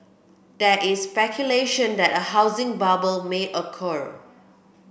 there is speculation that a housing bubble may occur